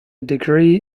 degree